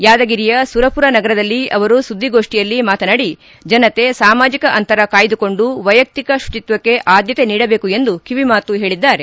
ಯಾದಗಿರಿಯ ಸುರಪುರ ನಗರದಲ್ಲಿ ಅವರು ಸುದ್ದಿಗೋಷ್ಠಿಯಲ್ಲಿ ಮಾತನಾಡಿ ಜನತೆ ಸಾಮಾಜಿಕ ಅಂತರ ಕಾಯ್ದಕೊಂಡು ವೈಯಕ್ತಿಕ ಶುಚಿತ್ವಕ್ಕೆ ಆದ್ಲತೆ ನೀಡಬೇಕು ಎಂದು ಕಿವಿಮಾತು ಹೇಳಿದ್ದಾರೆ